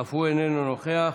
איננו נוכח,